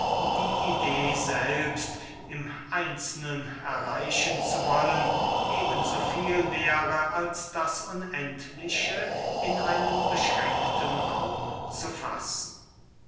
die idee selbst im einzelnen erreichen zu wollen eben so viel wäre als das unendliche in einen beschränkten raum zu fassen